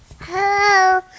Hello